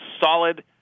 solid